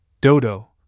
Dodo